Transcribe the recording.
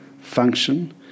function